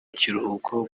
kiruhuko